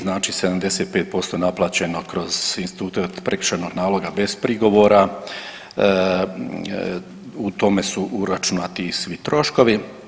Znači 75% naplaćeno kroz institute od prekršajnog nalog bez prigovora, u tome su uračunati i svi troškovi.